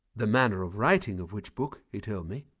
the manner of writing of which book, he told me,